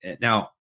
Now